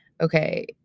Okay